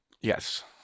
Yes